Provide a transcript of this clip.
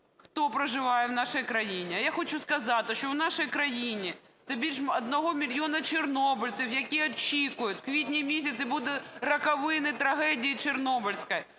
хто проживає в нашій країні. А я хочу сказати, що в нашій країні це більше 1 мільйона чорнобильців, які очікують, в квітні місяці будуть роковини трагедії чорнобильської,